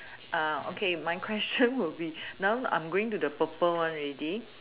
uh okay my question will be now I'm going to the purple one ready